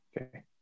okay